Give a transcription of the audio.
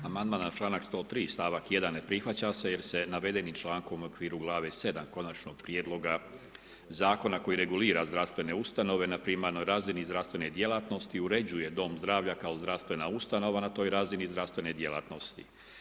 Amandman na članak 103. stavak 1. ne prihvaća se jer se navedenim člankom u okviru glave 7. konačnog prijedloga zakona koji regulira zdravstvene ustanove na primarnoj razini zdravstvene djelatnosti uređuje dom zdravlja kao zdravstvena ustanova na toj razini zdravstvene djelatnosti.